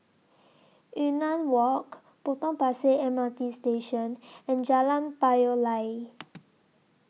Yunnan Walk Potong Pasir M R T Station and Jalan Payoh Lai